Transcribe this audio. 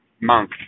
monk